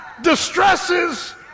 distresses